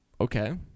Okay